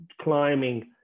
climbing